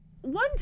one